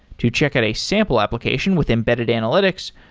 to check out a sample application with embedded analytics,